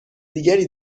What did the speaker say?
دیگری